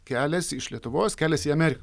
keliasi iš lietuvos keliasi į amerik